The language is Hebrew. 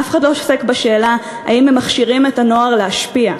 אף אחד לא עוסק בשאלה אם הם מכשירים את הנוער להשפיע.